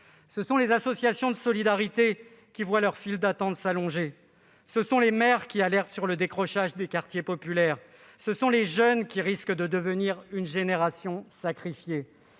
Ce sont les associations de solidarité qui voient leurs files d'attente s'allonger. Ce sont les maires qui alertent sur le décrochage des quartiers populaires. Ce sont les jeunes qui risquent de devenir une génération sacrifiée.